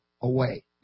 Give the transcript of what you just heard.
away